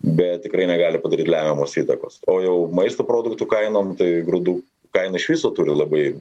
bet tikrai negali padaryt lemiamos įtakos o jau maisto produktų kainom tai grūdų kaina iš viso turi labai